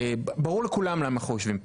ברור לכולם למה אנחנו יושבים פה,